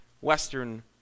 Western